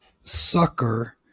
sucker